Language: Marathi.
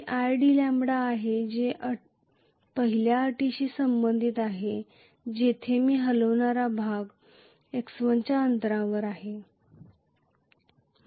मी idλ आहे जे पहिल्या अटीशी संबंधित आहे जिथे मी हलविणारा भाग x1 च्या अंतरावर आहे